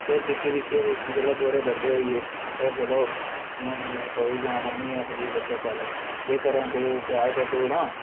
फिर दिक्खी दिक्खियै जेल्लै थोह्ड़े बड्डे होई गे फिर चलो मम्मी पापा बी जां मम्मी आखदी बच्चा चल एह् कर हां तूं प्याज कट्टू उड़ हां